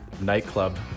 nightclub